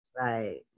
Right